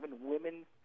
women